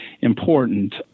important